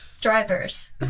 drivers